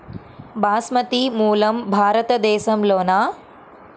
బాస్మతి మూలం భారతదేశంలోనా?